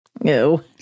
No